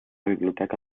biblioteca